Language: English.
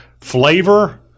flavor